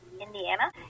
Indiana